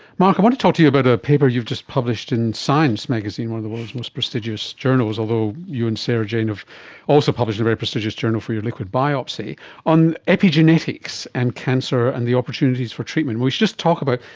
mark, i want to talk to you about a paper you've just published in science magazine, one of the world's most prestigious journals although you and sarah-jane have also published in a very prestigious journal for your liquid biopsy on epigenetics and cancer and the opportunities for treatment we should just talk about.